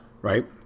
Right